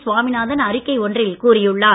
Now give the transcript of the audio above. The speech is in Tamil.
சுவாமிநாதன் அறிக்கை ஒன்றில் கூறியுள்ளார்